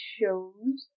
shows